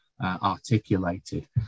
articulated